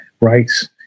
rights